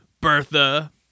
Bertha